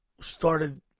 started